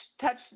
touch